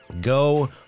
Go